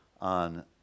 on